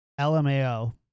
LMAO